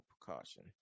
precaution